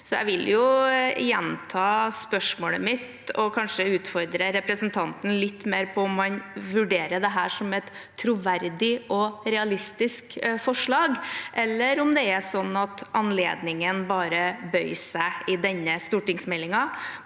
Jeg vil gjenta spørsmålet mitt og kanskje utfordre representanten litt mer på om han vurderer dette som et troverdig og realistisk forslag, eller om det er sånn at anledningen bare bød seg i denne stortingsmeldingen